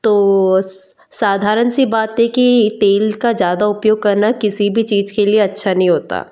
तो साधारण की बात है कि तेल का ज़्यादा उपयोग करना किसी भी चीज़ के लिए अच्छा नहीं होता